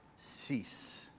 Cease